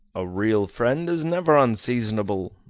a real friend is never unseasonable,